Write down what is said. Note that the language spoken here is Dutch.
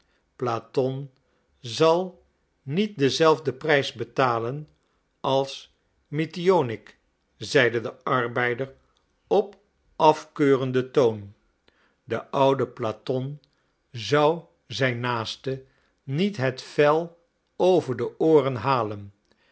platon zal niet denzelfden prijs betalen als mitionik zeide de arbeider op af keurenden toon de oude platon zou zijn naaste niet het vel over de ooren halen